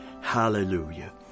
Hallelujah